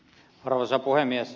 arvoisa puhemies